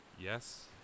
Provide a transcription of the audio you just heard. yes